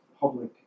public